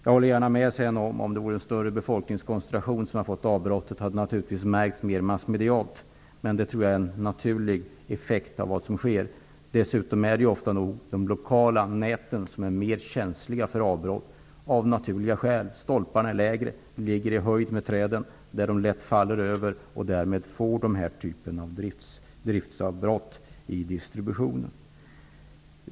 Jag håller gärna med om att det givetvis hade märkts mer massmedialt om det hade varit en större befolkningskoncentration som hade drabbats av avbrotten. Men det tror jag är en given effekt av vad som sker. Dessutom är ofta nog de lokala näten av naturliga skäl mer känsliga för avbrott. Stolparna är kortare, och ledningarna går i höjd med träden, som lätt faller över ledningarna. Därmed får vi denna typ av driftavbrott i distributionen.